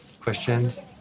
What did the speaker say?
Questions